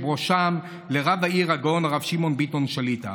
ובראשם רב העיר הגאון הרב שמעון ביטון שליט"א.